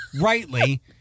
rightly